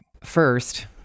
first